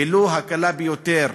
ולו הקלה ביותר,